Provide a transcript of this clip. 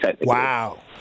Wow